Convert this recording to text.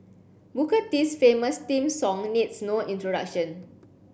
Booker T's famous theme song needs no introduction